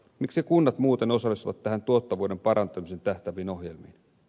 miksi kunnat muuten osallistuvat tuottavuuden parantamiseen tähtääviin ohjelmiin